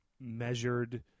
measured